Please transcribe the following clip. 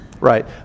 right